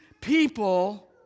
people